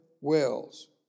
wells